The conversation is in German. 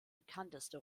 bekannteste